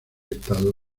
estado